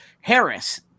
Harris